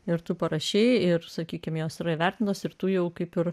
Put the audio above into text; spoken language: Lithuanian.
ir tu parašei ir sakykime jos yra įvertintos ir tu jau kaip ir